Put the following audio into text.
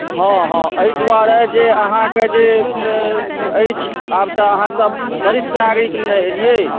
हँ हँ एहि द्वारे जे अहाँके जे अछि आब तऽ अहाँसभ वरिष्ठ नागरिक ने एलियै